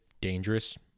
dangerous